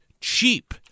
cheap